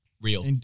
Real